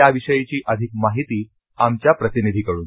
याविषयीची अधिक माहिती आमच्या प्रतिनिधीकडून